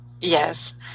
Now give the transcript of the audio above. yes